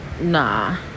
nah